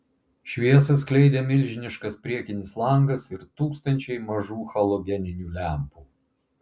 šviesą skleidė milžiniškas priekinis langas ir tūkstančiai mažų halogeninių lempų